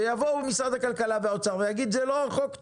שיבואו משרד הכלכלה והאוצר ויאמרו שזה לא חוק טוב,